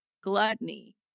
gluttony